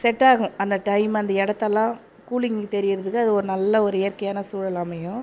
செட்டாகும் அந்த டைம் அந்த இடத்தலாம் கூலிங் தெரியறதுக்கு அது ஒரு நல்ல ஒரு இயற்கையான சூழல் அமையும்